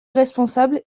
responsable